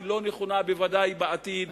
היא לא נכונה בוודאי בעתיד,